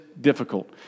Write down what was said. difficult